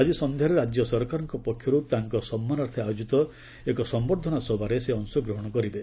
ଆଜି ସନ୍ଧ୍ୟାରେ ରାଜ୍ୟ ସରକାରଙ୍କ ପକ୍ଷରୁ ତାଙ୍କ ସମ୍ମାନାର୍ଥେ ଆୟୋଜିତ ଏକ ସମ୍ଭର୍ଦ୍ଧନା ସଭାରେ ସେ ଅଂଶଗ୍ରହଣ କରିବେ